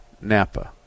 Napa